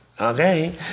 Okay